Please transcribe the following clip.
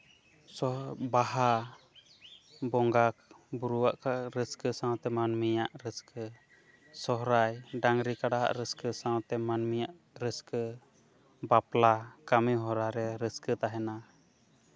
ᱵᱟᱦᱟ ᱵᱚᱸᱜᱟᱼᱵᱩᱨᱩᱣᱟᱜ ᱨᱟᱹᱥᱠᱟᱹ ᱥᱟᱶᱛᱮ ᱢᱟᱹᱱᱢᱤᱭᱟᱜ ᱨᱟᱹᱥᱠᱟᱹ ᱥᱚᱦᱚᱨᱟᱭ ᱰᱟᱝᱨᱤ ᱠᱟᱰᱟᱣᱟᱜ ᱨᱟᱹᱥᱠᱟᱹ ᱥᱟᱶᱛᱮ ᱢᱟᱹᱱᱢᱤᱭᱟᱜ ᱨᱟᱹᱥᱠᱟᱹ ᱵᱟᱯᱞᱟ ᱠᱟᱹᱢᱤ ᱦᱚᱨᱟ ᱨᱮ ᱨᱟᱹᱥᱠᱟᱹ ᱛᱟᱦᱮᱱᱟ